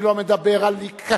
אני לא מדבר על קטינים,